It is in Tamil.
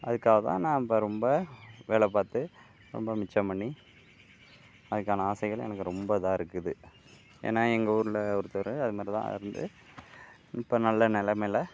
அதுக்காக தான் நான் இப்போ ரொம்ப வேலை பார்த்து ரொம்ப மிச்சம் பண்ணி அதுக்கான ஆசைகளை எனக்கு ரொம்ப இதாக இருக்குது ஏன்னால் எங்கள் ஊரில் ஒருத்தர் அதுமாதிரி தான் இருந்து இப்போ நல்ல நிலமைல